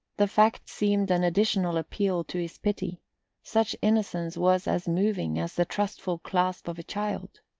the fact seemed an additional appeal to his pity such innocence was as moving as the trustful clasp of a child.